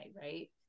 right